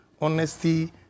honesty